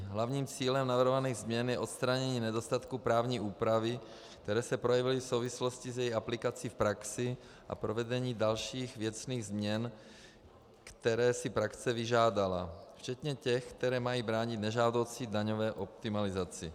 Hlavním cílem navrhovaných změn je odstranění nedostatků právní úpravy, které se projevily v souvislosti s její aplikací v praxi, a provedení dalších věcných změn, které si praxe vyžádala, včetně těch, které mají bránit nežádoucí daňové optimalizaci.